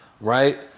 right